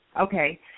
Okay